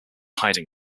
hiding